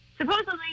supposedly